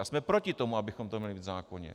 A jsme proti tomu, abychom to měli v zákoně.